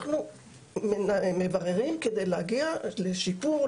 אנחנו מבררים כדי להגיע לשיפור,